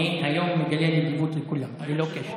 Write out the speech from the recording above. היום אני מגלה נדיבות לכולם, ללא קשר.